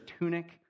tunic